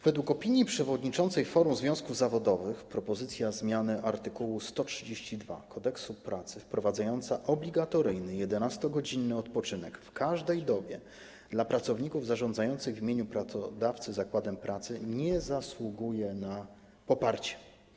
Według opinii przewodniczącej Forum Związków Zawodowych propozycja zmiany art. 132 Kodeksu pracy wprowadzająca obligatoryjny 11-godzinny odpoczynek w każdej dobie dla pracowników zarządzających w imieniu pracodawcy zakładem pracy nie zasługuje na poparcie.